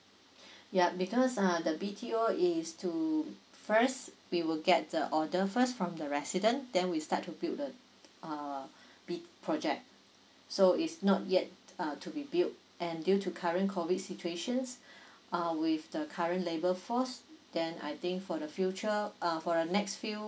yup because uh the B_T_O is to first we will get the order first from the resident then we start to build the uh big project so is not yet uh to be built and due to current COVID situation's um with the current labor forced then i think for the future uh uh for the next few